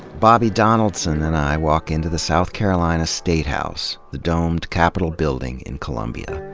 bobby donaldson and i walk into the south carolina statehouse, the domed capitol building, in columbia.